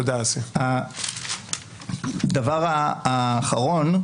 הדבר האחרון,